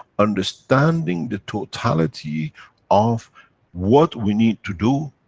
understanding the totality of what we need to do,